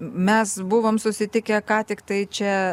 mes buvom susitikę ką tiktai čia